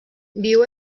viu